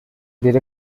these